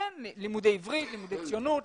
כן, לימודי עברית, לימודי ציונות.